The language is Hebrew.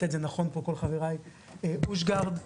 אושגרד,